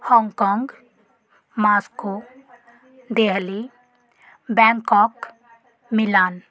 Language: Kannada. Hong Kong Moscow Delhi Bangkok Milan